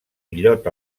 illot